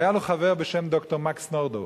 והיה לו חבר בשם ד"ר מקס נורדאו,